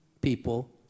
people